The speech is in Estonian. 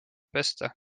pesta